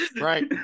Right